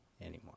anymore